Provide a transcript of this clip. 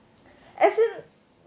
as in